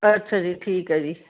ਅੱਛਾ ਜੀ ਠੀਕ ਹੈ ਜੀ